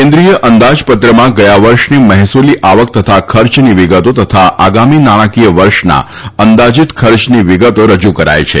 કેન્દ્રીય અંદાજપત્રમાં ગયા વર્ષની મહેસુલી આવક તથા ખર્ચની વિગતો તથા આગામી નાણાંકીય વર્ષના અંદાજીત ખર્ચની વિગતો રજુ કરાય છે